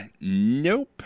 nope